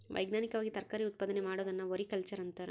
ವೈಜ್ಞಾನಿಕವಾಗಿ ತರಕಾರಿ ಉತ್ಪಾದನೆ ಮಾಡೋದನ್ನ ಒಲೆರಿಕಲ್ಚರ್ ಅಂತಾರ